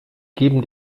geben